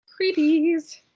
Creepies